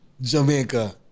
Jamaica